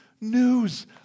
News